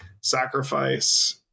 sacrifice